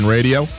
Radio